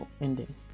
ending